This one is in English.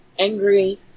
angry